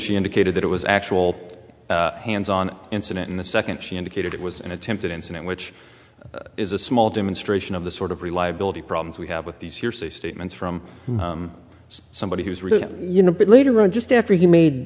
she indicated that it was actual hands on incident in the second she indicated it was an attempted incident which is a small demonstration of the sort of reliability problems we have with these hearsay statements from somebody who's really you know but later on just after he made